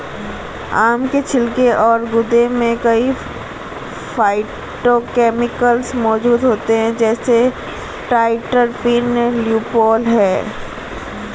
आम के छिलके और गूदे में कई फाइटोकेमिकल्स मौजूद होते हैं, जैसे ट्राइटरपीन, ल्यूपोल